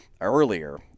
earlier